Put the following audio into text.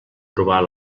provar